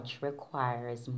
requires